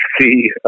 see